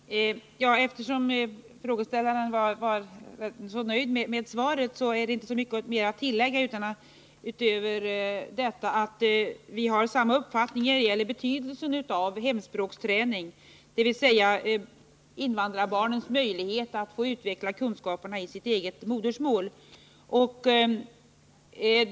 Herr talman! Eftersom frågeställaren var nöjd med svaret är det väl inte mycket att tillägga utöver att vi har samma uppfattning när det gäller betydelsen av hemspråksträning, dvs. invandrarbarnens möjligheter att utveckla kunskaperna i sitt eget modersmål.